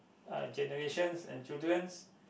uh generations and children's